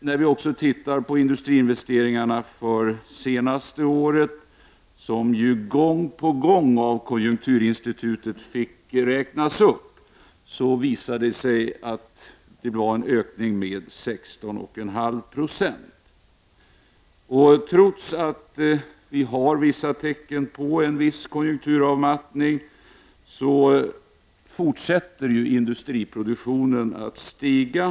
När vi tittat på industriinvesteringarna för det senaste året, som Konjunkturinstitutet har gång på gång fått räkna upp, har ökningen visat sig uppgå till 16,5 70. Trots att det finns vissa tecken på en konjunkturavmattning, fortsätter industriproduktionen att stiga.